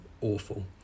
awful